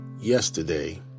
yesterday